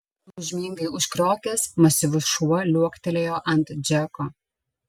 tūžmingai užkriokęs masyvus šuo liuoktelėjo ant džeko